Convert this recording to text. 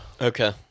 Okay